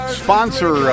sponsor